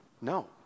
No